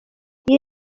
iyi